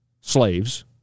slaves